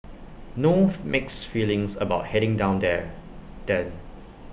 no mixed feelings about heading down there then